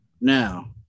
Now